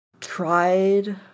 tried